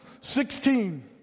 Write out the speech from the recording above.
sixteen